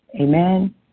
amen